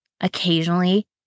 occasionally